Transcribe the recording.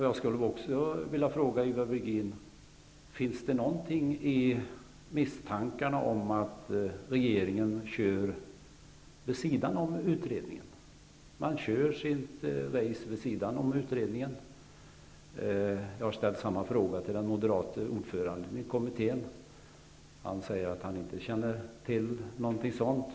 Jag skulle också vilja fråga Ivar Virgin: Finns det någonting i misstankarna om att regeringen kör vid sidan om utredningen? Det har sagts att man kör sitt race vid sidan om utredningen. Jag har ställt samma fråga till den moderate ordföranden i kommittén. Han säger att han inte känner till någonting sådant.